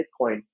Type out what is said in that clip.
Bitcoin